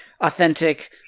authentic